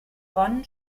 bonn